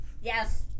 Yes